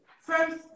First